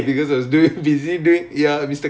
mister khan கிட்டயா:kittayaa